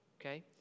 Okay